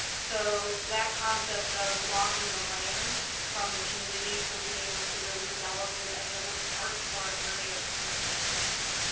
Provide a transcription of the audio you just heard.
so that concept of locking the land from the community from being able to really develop it in any other parts of our area is something that's concerning.